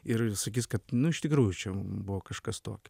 ir sakys kad nu iš tikrųjų čia buvo kažkas tokio